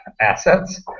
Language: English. assets